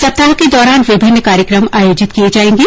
सप्ताह के दौरान विभिन्न कार्यक्रम आयोजित किये जाएंगे